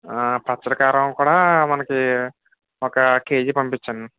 పచ్చడి కారం కూడా మనకు ఒక కేజీ పంపించండి